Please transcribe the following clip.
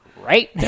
right